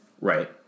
Right